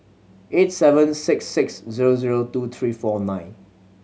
eight seven six six zero zero two three four nine